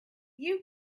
you